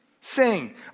Sing